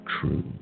true